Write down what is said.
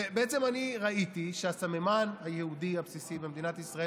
בעצם אני ראיתי שהסממן היהודי הבסיסי במדינת ישראל